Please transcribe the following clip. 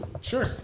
Sure